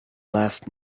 last